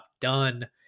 done